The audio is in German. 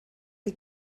die